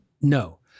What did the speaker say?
No